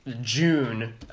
june